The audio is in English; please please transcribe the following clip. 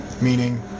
meaning